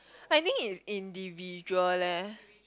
I think it's individual leh